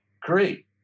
great